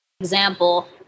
example